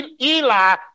Eli